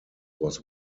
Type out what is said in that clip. was